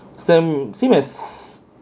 same same as